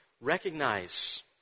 recognize